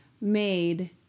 made